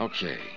Okay